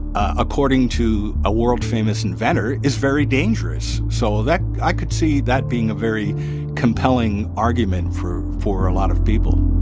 according to a world-famous inventor, is very dangerous. so that i could see that being a very compelling argument for for a lot of people